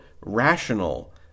rational